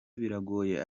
biragoye